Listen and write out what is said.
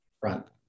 front